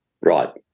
Right